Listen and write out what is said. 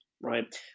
right